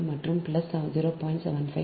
5 மற்றும் பிளஸ் 0